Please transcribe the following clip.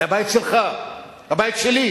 ליד הבית שלך, הבית שלי.